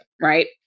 right